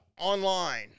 online